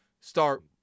start